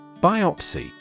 Biopsy